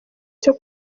cyo